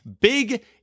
big